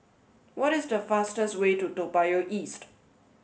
what is the fastest way to Toa Payoh East